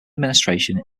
administration